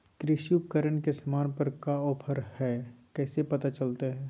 कृषि उपकरण के सामान पर का ऑफर हाय कैसे पता चलता हय?